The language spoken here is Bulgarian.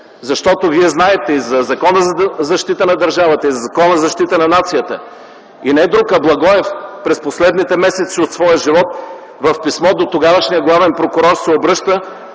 него?! Вие знаете: за Закона за защита на държавата и за Закона за защита на нацията не друг, а Благоев през последните месеци от своя живот в писмо до тогавашния главен прокурор,